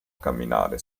camminare